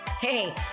Hey